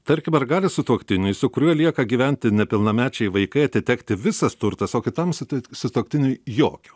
tarkim ar gali sutuoktiniui su kuriuo lieka gyventi nepilnamečiai vaikai atitekti visas turtas o kitam suti sutuoktiniui jokio